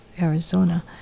Arizona